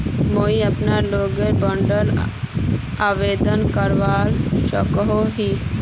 मुई अपना gold bond आवेदन करवा सकोहो ही?